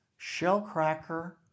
shellcracker